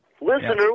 Listener